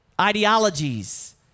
ideologies